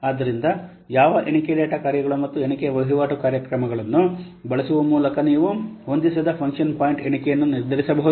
ಆದ್ದರಿಂದ ಯಾವ ಎಣಿಕೆ ಡೇಟಾ ಕಾರ್ಯಗಳು ಮತ್ತು ಎಣಿಕೆ ವಹಿವಾಟು ಕಾರ್ಯಗಳನ್ನು ಬಳಸುವ ಮೂಲಕ ನೀವು ಹೊಂದಿಸದ ಫಂಕ್ಷನ್ ಪಾಯಿಂಟ್ ಎಣಿಕೆಯನ್ನು ನಿರ್ಧರಿಸಬಹುದು